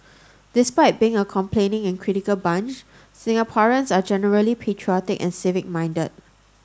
despite being a complaining and critical bunch Singaporeans are generally patriotic and civic minded